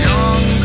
Young